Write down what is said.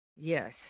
Yes